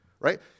right